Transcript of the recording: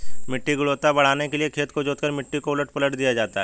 मिट्टी की गुणवत्ता बढ़ाने के लिए खेत को जोतकर मिट्टी को उलट पलट दिया जाता है